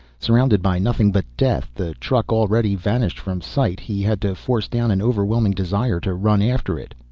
surrounded by nothing but death, the truck already vanished from sight. he had to force down an overwhelming desire to run after it.